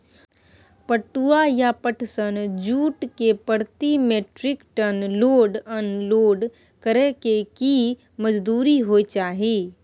पटुआ या पटसन, जूट के प्रति metric ton load unload करै के की मजदूरी होय चाही?